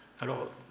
Alors